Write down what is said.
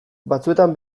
batzuetan